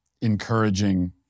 encouraging